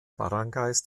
baranggays